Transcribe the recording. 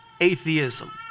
atheism